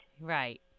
Right